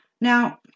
Now